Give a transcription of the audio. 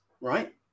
right